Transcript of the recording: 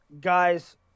guys